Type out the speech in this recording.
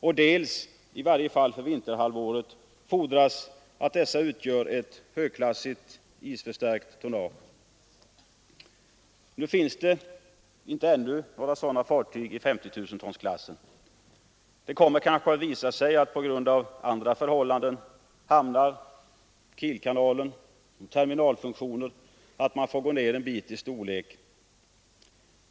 Och i varje fall för vinterhalvåret fordras att fartygen utgör ett högklassigt, isförstärkt tonnage. Nu finns det ännu inte några sådana fartyg i 50 000-tonsklassen. Det kommer kanske att visa sig att man på grund av andra förhållanden — hamnar, Kielkanalen och terminalfunktioner — får gå ned en bit i storlek.